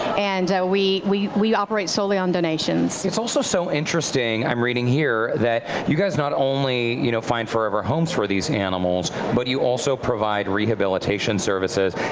and we we operate solely on donations. it's also so interesting, i'm reading here, that you guys not only you know find forever homes for these animals, but you also provide rehabilitation services.